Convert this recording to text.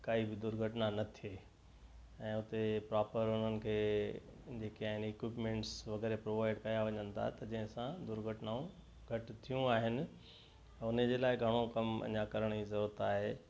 काई बि दुर्घटना न थिए ऐं उते प्रोपर उन्हनि खे जेके आहिनि इक्युप्मेंट्स वग़ैरह प्रोवाइड कया वञनि था जंहिं सां दुर्घटनाऊं घटि थियूं आहिनि उन जे लाइ घणो कम अञा करण जी ज़रूरत आहे